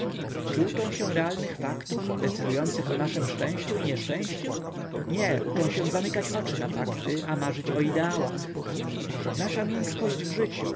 czy uczą się realnych faktów decydujących o naszem szczęściu i nieszczęściu nie uczą się zamykać oczy na fakty a marzyć o ideałach nasza miękkość w życiu